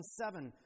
seven